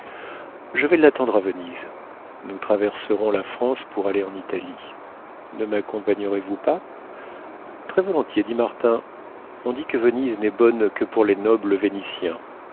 je vais l'attendre à venise nous traverserons la france pour aller en italie ne maccompagnerez vous pas très volontiers dit martin on dit que venise n'est bonne que pour les nobles vénitiens